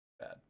Bad